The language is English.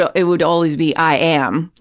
so it would always be i am.